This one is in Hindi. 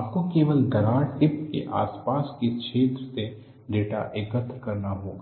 आपको केवल दरार टिप के आसपास के क्षेत्र से डेटा एकत्र करना होगा